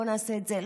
בוא נעשה את זה.